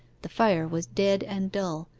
the fire was dead and dull,